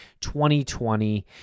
2020